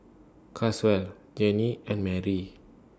Caswell Gene and Marry